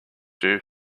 you